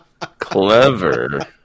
clever